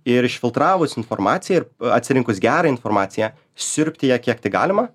ir išfiltravus informaciją ir atsirinkus gerą informaciją siurbti ją kiek tik galima